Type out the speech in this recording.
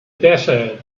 desert